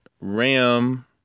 ram